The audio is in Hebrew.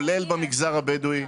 כולל במגזר הבדואי.